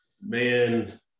man